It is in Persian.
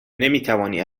نمیتوانی